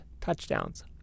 touchdowns